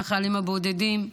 מהחיילים הבודדים,